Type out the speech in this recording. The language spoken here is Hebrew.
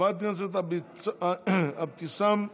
חברת הכנסת אבתיסאם מראענה.